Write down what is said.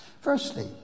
Firstly